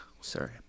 Sorry